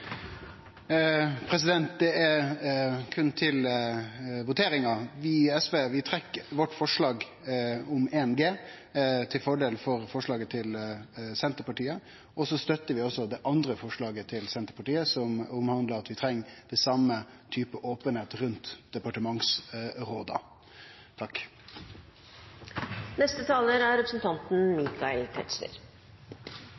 voteringa: Vi i SV trekkjer vårt forslag om 1 G til fordel for forslaget til Senterpartiet, forslag nr. 4. Og så støttar vi også det andre forslaget til Senterpartiet, forslag nr. 3, som handlar om at vi treng den same typen openheit rundt